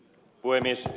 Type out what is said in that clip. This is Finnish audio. puhemies